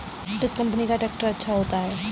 किस कंपनी का ट्रैक्टर अच्छा होता है?